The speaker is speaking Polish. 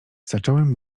zacząłem